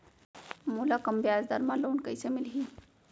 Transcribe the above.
मोला कम ब्याजदर में लोन कइसे मिलही?